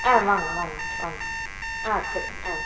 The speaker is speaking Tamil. ஆ வாங்க வாங்க வாங்க ஆ சரிங்க ஆ